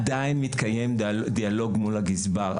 עדיין מתקיים דיאלוג מול הגזבר,